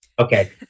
Okay